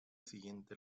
siguiente